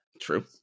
true